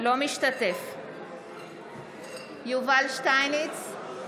אינו משתתף בהצבעה יובל שטייניץ,